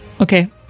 Okay